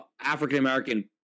African-American